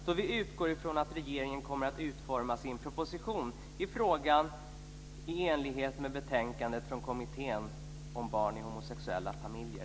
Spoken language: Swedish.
Vi utgår nämligen från att regeringen kommer att utforma sin proposition i frågan i enlighet med kommitténs betänkande om barn i homosexuella familjer.